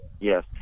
yes